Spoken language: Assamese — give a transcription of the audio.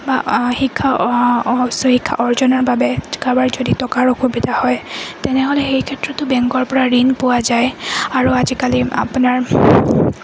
বা শিক্ষা উচ্চশিক্ষা অৰ্জনৰ বাবে কাৰোবাৰ যদি টকাৰ অসুবিধা হয় তেনেহ'লে সেই ক্ষেত্ৰতো বেংকৰপৰা ঋণ পোৱা যায় আৰু আজিকালি আপোনাৰ